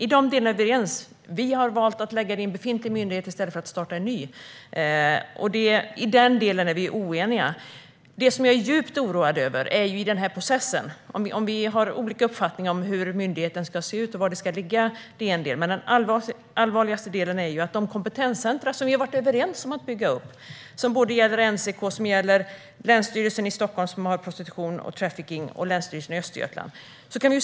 I dessa delar är vi överens, men vi har valt att lägga det på en befintlig myndighet i stället för att inrätta en ny, så i den delen är vi oeniga. Det som jag är djupt oroad över är processen. Vi har olika uppfattning om hur myndigheten ska se ut och var den ska ligga. Men det allvarligaste är ju att man någonstans slår sönder verksamheten i de kompetenscentrum som vi har varit överens om att bygga upp - NCK:s medel, Länsstyrelsen i Stockholm som arbetar med prostitution och trafficking samt Länsstyrelsen i Östergötland.